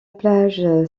plage